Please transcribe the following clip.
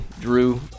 drew